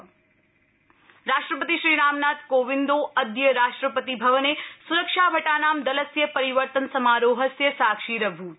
praise army guard राष्ट्रपति श्रीरामनाथ कोवन्दिो अद्य राष्ट्रपति भवने स्रक्षाभटानां दलस्य परिवर्तन समारोहस्य साक्षीरभृत्